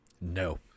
No